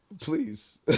please